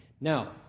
Now